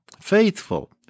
faithful